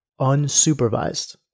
unsupervised